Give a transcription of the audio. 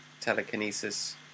telekinesis